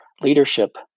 leadership